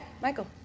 Michael